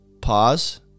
pause